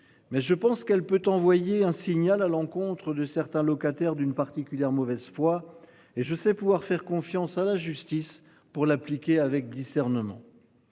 Mais je pense qu'elle peut envoyer un signal à l'encontre de certains locataires d'une particulière. Mauvaise foi et je sais pouvoir faire confiance à la justice pour l'appliquer avec discernement.